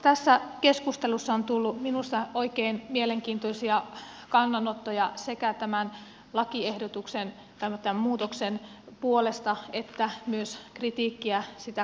tässä keskustelussa on tullut minusta oikein mielenkiintoisia kannanottoja sekä tämän lakiehdotuksen muutoksen puolesta että myös kritiikkiä sitä kohtaan